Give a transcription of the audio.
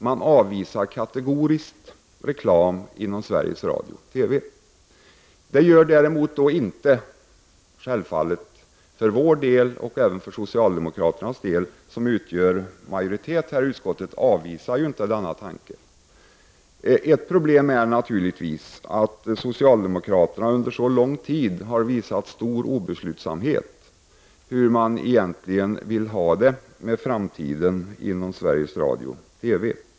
Man avvisar kategoriskt reklam inom Sveriges Radio TV.